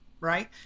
right